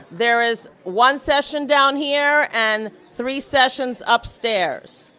there is one session down here and three sessions upstairs.